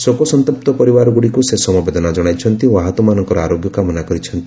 ଶୋକସନ୍ତପ୍ତ ପରିବାରଗୁଡ଼ିକୁ ସେ ସମବେଦନା ଜଣାଇଛନ୍ତି ଓ ଆହତମାନଙ୍କର ଆରୋଗ୍ୟ କାମନା କରିଛନ୍ତି